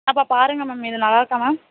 அப்போ பாருங்கள் மேம் இது நல்லாயிருக்கா மேம்